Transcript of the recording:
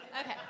Okay